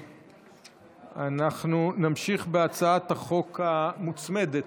אנחנו נמשיך בהצעת החוק המוצמדת,